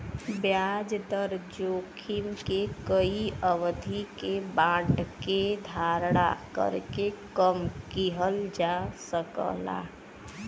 ब्याज दर जोखिम के कई अवधि के बांड के धारण करके कम किहल जा सकला